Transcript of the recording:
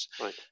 Right